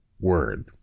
word